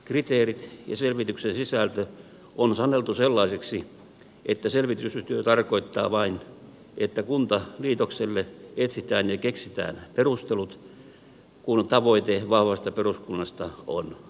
kriteerit ja selvityksen sisältö on saneltu sellaisiksi että selvitystyö tarkoittaa vain että kuntaliitokselle etsitään ja keksitään perustelut kun tavoite vahvasta peruskunnasta on annettu